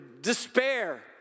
despair